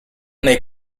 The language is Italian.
nei